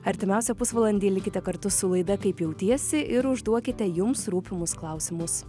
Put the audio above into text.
artimiausią pusvalandį likite kartu su laida kaip jautiesi ir užduokite jums rūpimus klausimus